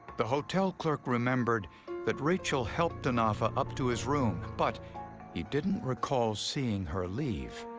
the hotel clerk remembered that rachel helped denofa up to his room, but he didn't recall seeing her leave.